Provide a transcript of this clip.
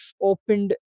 opened